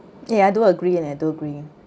ya I do agree and I do agree